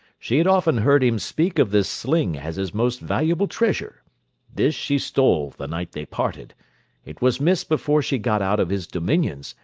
she had often heard him speak of this sling as his most valuable treasure this she stole the night they parted it was missed before she got out of his dominions,